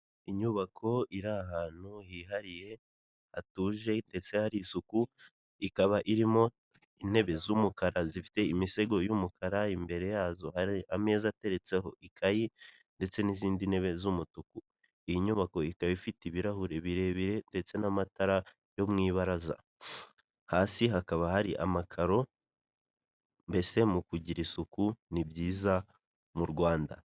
Inyubako iri ahantu hihariye hatuje ndetse hari isuku, ikaba irimo intebe z'umukara zifite imisego y'umukara, imbere yazo hari ameza ateretseho ikayi ndetse n'izindi ntebe z'umutuku. Iyi nyubako ikaba ifite ibirahure birebire ndetse n'amatara yo mu ibaraza, hasi hakaba hari amakaro. Mbese mu kugira isuku ni byiza mu Rwanda.